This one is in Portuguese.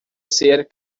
ser